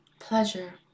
Pleasure